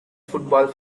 football